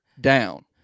down